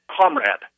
comrade